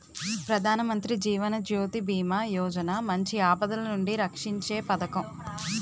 ప్రధానమంత్రి జీవన్ జ్యోతి బీమా యోజన మంచి ఆపదలనుండి రక్షీంచే పదకం